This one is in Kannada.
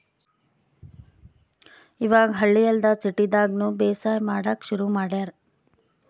ಇವಾಗ್ ಹಳ್ಳಿ ಅಲ್ದೆ ಸಿಟಿದಾಗ್ನು ಬೇಸಾಯ್ ಮಾಡಕ್ಕ್ ಶುರು ಮಾಡ್ಯಾರ್